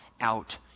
out